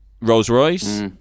Rolls-Royce